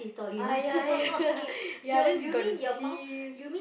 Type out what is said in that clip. ah ya ya ya ya then got the cheese